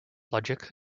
logic